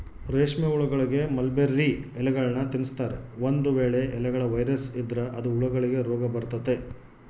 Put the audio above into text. ರೇಷ್ಮೆಹುಳಗಳಿಗೆ ಮಲ್ಬೆರ್ರಿ ಎಲೆಗಳ್ನ ತಿನ್ಸ್ತಾರೆ, ಒಂದು ವೇಳೆ ಎಲೆಗಳ ವೈರಸ್ ಇದ್ರ ಅದು ಹುಳಗಳಿಗೆ ರೋಗಬರತತೆ